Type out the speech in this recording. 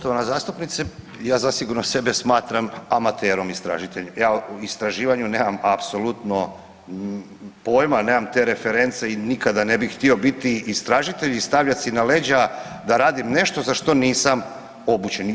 Poštovana zastupnice ja zasigurno sebe smatram amaterom istražiteljem, ja o istraživanju nemam apsolutno pojima, nemam te reference i nikada ne bi htio biti istražitelj i stavljat si na leđa da radim nešto za što nisam obučen.